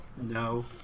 No